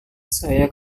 saya